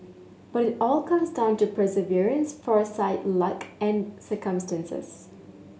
but it all comes down to perseverance foresight luck and circumstances